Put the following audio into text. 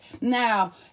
Now